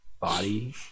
Body